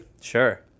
Sure